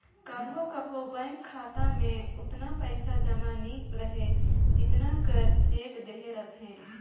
कभों कभों बेंक खाता में ओतना पइसा जमा नी रहें जेतना कर चेक देहे रहथे